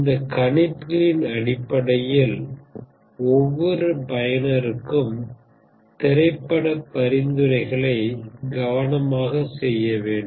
இந்தக் கணிப்புகளின் அடிப்படையில் ஒவ்வொரு பயனருக்கும் திரைப்படப் பரிந்துரைகளைக் கவனமாக செய்ய வேண்டும்